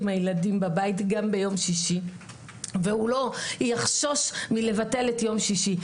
הילדים בבית גם ביום שישי ולא יחששו לבטל את יום שישי.